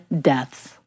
deaths